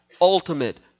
ultimate